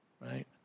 right